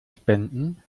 spenden